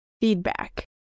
feedback